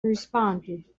responded